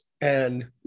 and-